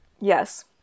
Yes